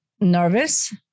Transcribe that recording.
nervous